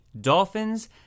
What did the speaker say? Dolphins